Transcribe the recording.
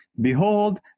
Behold